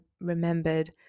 remembered